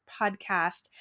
podcast